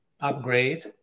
upgrade